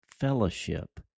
fellowship